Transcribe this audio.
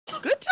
Good